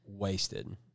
wasted